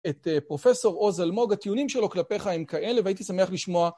את פרופסור עוז אלמוג, הטיעונים שלו כלפיך הם כאלה והייתי שמח לשמוע.